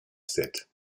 set